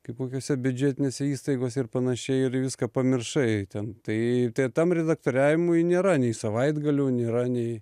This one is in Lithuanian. kaip kokiose biudžetinėse įstaigose ir panašiai ir viską pamiršai ten tai tam redaktoriavimui nėra nei savaitgalių nėra nei